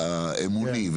האמוני,